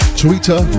Twitter